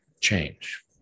change